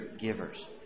givers